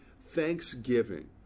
thanksgiving